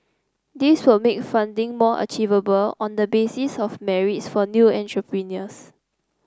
this will make funding more achievable on the basis of merit for new entrepreneurs